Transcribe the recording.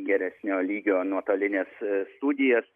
geresnio lygio nuotolines studijas